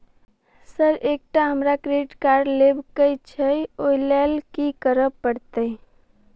Sir एकटा हमरा credit card लेबकै छैय ओई लैल की करऽ परतै?